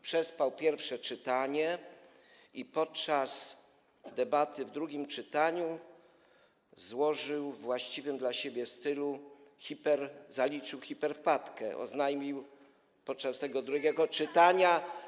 Przespał pierwsze czytanie i podczas debaty w drugim czytaniu we właściwym dla siebie stylu zaliczył hiperwpadkę, oznajmił podczas tego drugiego czytania.